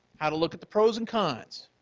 how to look at the pros and cons,